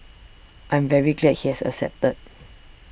I'm very glad he has accepted